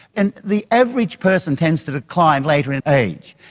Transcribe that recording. and the average person tends to decline later in age.